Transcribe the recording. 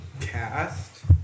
cast